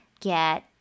get